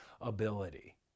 ability